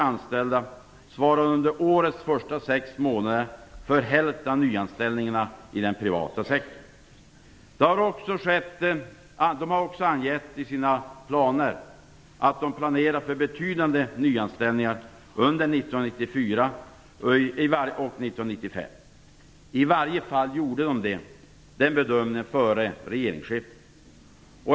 anställda svarade under årets första sex månader för hälften av nyanställningarna i den privata sektorn. De har också angett i sina planer att de planerar för betydande nyanställningar under 1994 och 1995. I varje fall gjorde de den bedömningen före regeringsskiftet.